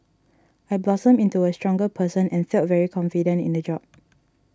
I blossomed into a stronger person and felt very confident in the job